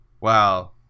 Wow